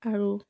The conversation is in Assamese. আৰু